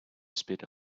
spit